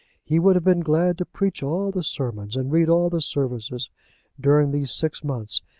he would have been glad to preach all the sermons and read all the services during these six months,